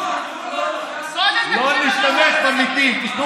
יבגני, לפחות